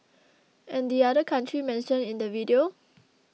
and the other country mentioned in the video